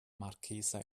marchesa